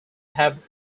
have